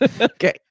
Okay